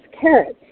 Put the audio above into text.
carrots